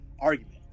argument